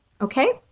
Okay